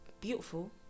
beautiful